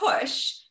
push